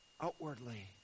outwardly